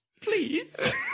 Please